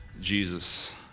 Jesus